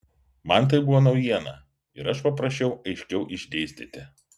man tai buvo naujiena ir aš paprašiau aiškiau išdėstyti